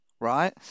right